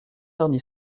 charny